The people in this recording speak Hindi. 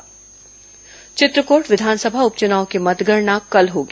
चित्रकोट उप चुनाव मतगणना चित्रकोट विधानसभा उप चुनाव की मतगणना कल होगी